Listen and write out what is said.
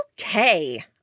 Okay